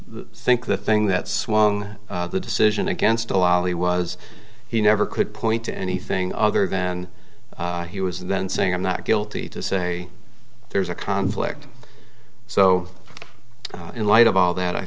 k think the thing that swung the decision against the law he was he never could point to anything other than he was then saying i'm not guilty to say there's a conflict so in light of all that i